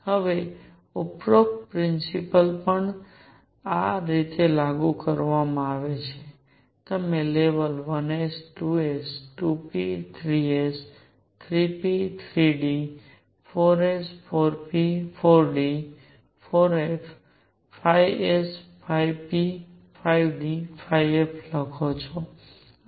હવે ઉપરોક્ત પ્રિન્સિપલ પણ આ રીતે લખવામાં આવે છે તમે level 1 s 2 s 2 p 3 s 3 p 3 d 4 s 4 p 4 d 4 f 5 s 5 p 5 d 5 f લખો છો વગેરે